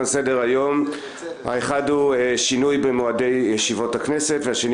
היום: האחד הוא שינוי במועדי ישיבות הכנסת והשני